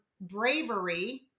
bravery